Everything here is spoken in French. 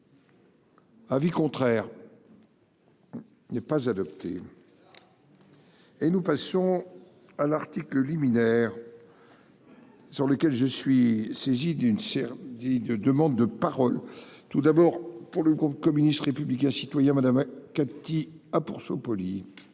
Avis contraire. Il n'est pas adopté. Et nous passons à l'article liminaire. Sur lequel je suis saisi d'une serre dit de demandes de parole tout d'abord pour le groupe communiste républicain citoyen Madame, Cathy. Ah pour ce.